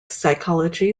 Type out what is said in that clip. psychology